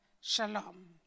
Shalom